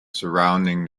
surrounding